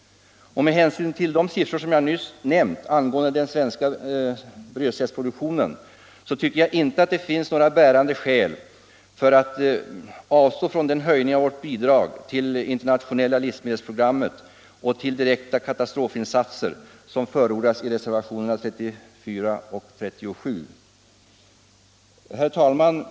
Med hänsyn till de siffror jag nyss nämnt angående den svenska brödsädesproduktionen tycker jag inte att det finns några bärande skäl att avstå från den höjning av vårt bidrag till internationella livsmedelsprogrammet och till direkta katastrofinsatser som förordas i reservationerna 34 och 37. Herr talman!